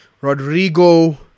Rodrigo